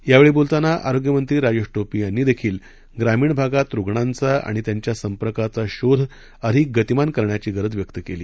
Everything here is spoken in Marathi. यावेळी बोलताना आरोग्यमंत्री राजेश टोपे यांनी देखील ग्रामीण भागात रुग्णांचा आणि त्यांच्या संपर्काचा शोधअधिक गतिमान करण्याची गरज व्यक्त केली